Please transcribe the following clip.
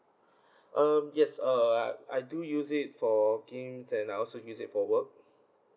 um yes uh I I do use it for games and I also use it for work